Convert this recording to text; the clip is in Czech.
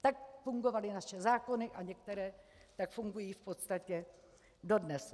Tak fungovaly naše zákony a některé tak fungují v podstatě dodnes.